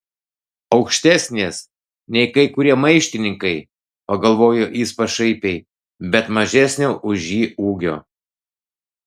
aukštesnės nei kai kurie maištininkai pagalvojo jis pašaipiai bet mažesnio už jį ūgio